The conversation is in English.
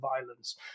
violence